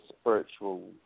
spiritual